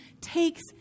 takes